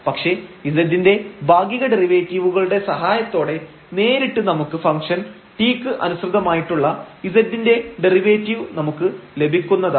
പക്ഷേ z ൻറെ ഭാഗിക ഡെറിവേറ്റീവുകളുടെ സഹായത്തോടെ നേരിട്ട് നമുക്ക് ഫംഗ്ഷൻ t ക്ക് അനുസൃതമായിട്ടുള്ള z ൻറെ ഡെറിവേറ്റീവ് നമുക്ക് ലഭിക്കുന്നതാണ്